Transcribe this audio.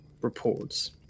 reports